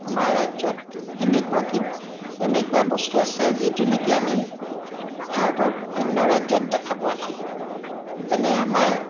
আমাৰ ৰাজ্যত এনেকুৱা কি এনেকুৱা বস্তু আছে যিটো নেকি আমি ভাৰতৰ অন্য ৰাজ্যত দেখা পোৱা নাই যেনে আমাৰ